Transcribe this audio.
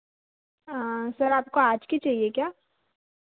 sir आपको आज की चाहिए क्या